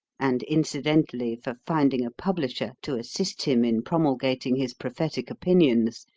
and, incidentally, for finding a publisher to assist him in promulgating his prophetic opinions,